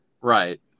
Right